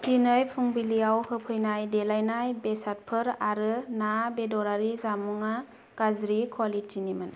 दिनै फुंबिलियाव होफैनाय देलायनाय बेसादफोर आरो ना बेदरारि जामुंआ गाज्रि क्वालिटिनिमोन